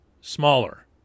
smaller